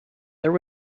there